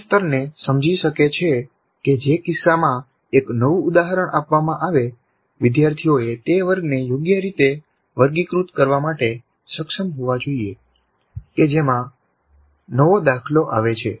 તે સ્તરને સમજી શકે છે કે જે કિસ્સામાં એક નવું ઉદાહરણ આપવામાં આવે વિદ્યાર્થીઓએ તે વર્ગને યોગ્ય રીતે વર્ગીકૃત કરવા માટે સક્ષમ હોવા જોઈએ કે જેમાં નવો દાખલો આવે છે